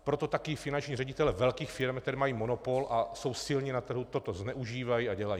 Proto také finanční ředitelé velkých firem, které mají monopol a jsou silní na trhu, toto zneužívají a dělají to.